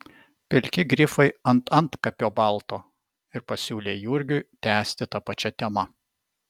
pilki grifai ant antkapio balto ir pasiūlė jurgiui tęsti ta pačia tema